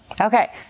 Okay